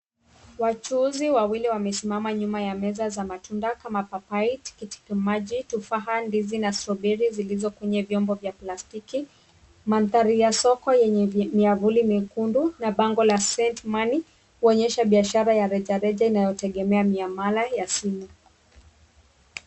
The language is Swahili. Wachuuzi wawili wamesimama nyuma ya meza za matunda kama papai, tikitimaji, tufaha, ndizi na strawberry zilizo kwenye chombo cha plastiki. Mandahri ya soko ni yenye miavuli miekundu na bango la send money kuonyesha biashara ya rejareja inayotegemea miamala ya simu.